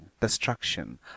destruction